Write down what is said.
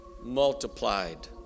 Multiplied